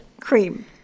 cream